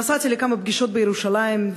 נסעתי לכמה פגישות בירושלים,